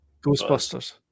Ghostbusters